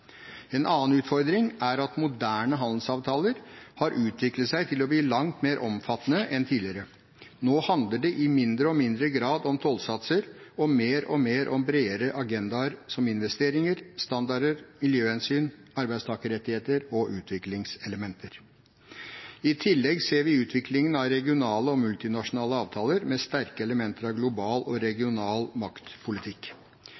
En annen utfordring er at moderne handelsavtaler har utviklet seg til å bli langt mer omfattende enn tidligere. Nå handler det i mindre og mindre grad om tollsatser og mer og mer om bredere agendaer, som investeringer, standarder, miljøhensyn, arbeidstakerrettigheter og utviklingselementer. I tillegg ser vi utviklingen av regionale og multinasjonale avtaler med sterke elementer av global og